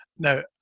Now